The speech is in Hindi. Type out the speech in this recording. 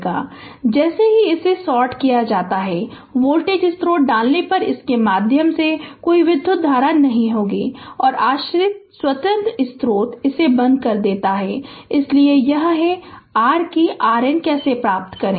तो जैसे ही इसे सॉर्ट किया जाता है वोल्टेज स्रोत डालने पर इसके माध्यम से कोई विधुत धारा नहीं होगी और आश्रित स्वतंत्र स्रोत इसे बंद कर देता है इसलिए यह हैr कि RN कैसे प्राप्त करें